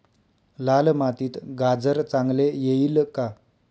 लाल मातीत गाजर चांगले येईल का?